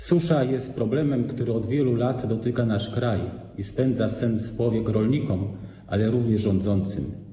Susza jest problemem, który od wielu lat dotyka nasz kraj i spędza sen z powiek rolnikom, ale również rządzącym.